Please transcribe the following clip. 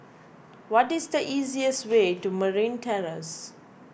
what is the easiest way to Marine Terrace